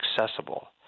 accessible